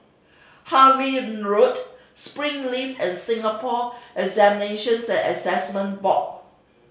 Harvey Road Springleaf and Singapore Examinations and Assessment Board